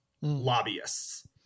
lobbyists